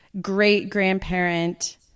great-grandparent